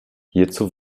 hierzu